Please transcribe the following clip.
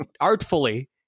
artfully